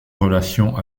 relations